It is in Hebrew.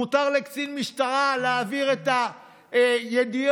מותר לקצין משטרה להעביר את הידיעות.